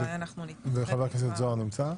חבר הכנסת זוהר נמצא?